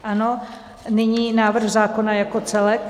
Ano, nyní návrh zákona jako celek.